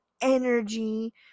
energy